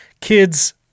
kid's